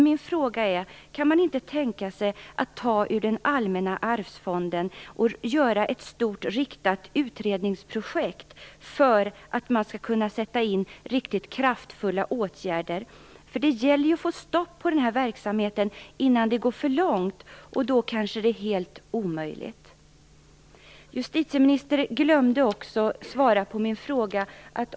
Min fråga är: Kan man inte tänka sig att ta ur den allmänna arvsfonden och starta ett stort riktat utredningsprojekt för att man skall kunna sätta in riktigt kraftfulla åtgärder? Det gäller ju att få stopp på den här verksamheten innan det går för långt. Då kanske det är helt omöjligt. Justitieministern glömde också svara på min andra fråga.